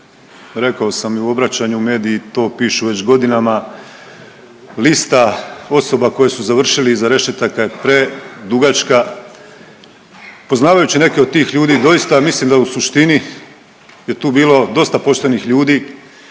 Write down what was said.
rekao sam i u obraćanju, mediji to pišu već godinama, lista osoba koji su završili iza rešetaka je predugačka, poznavajući neke od tih ljudi doista mislim da u suštini je tu bilo dosta poštenih ljudi,